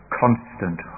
constant